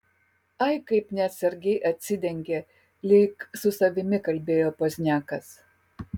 ai kaip neatsargiai atsidengė lyg su savimi kalbėjo pozniakas